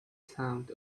sound